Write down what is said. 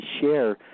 share